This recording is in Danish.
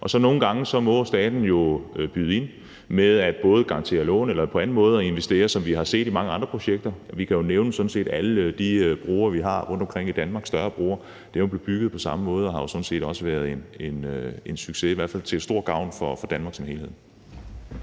Så nogle gange må staten jo byde ind med at garantere lån eller på anden måde investere, som vi har set det i mange andre projekter. Vi kan sådan set nævne alle de større broer, vi har rundtomkring i Danmark. De er jo blevet bygget på samme måde og har sådan set også været en succes og i hvert fald til stor gavn for Danmark som helhed.